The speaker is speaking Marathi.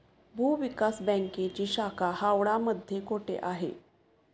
भूविकास बँकेची शाखा हावडा मध्ये कोठे आहे?